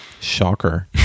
Shocker